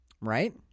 Right